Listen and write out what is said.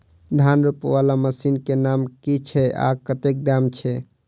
धान रोपा वला मशीन केँ नाम की छैय आ कतेक दाम छैय?